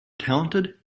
talented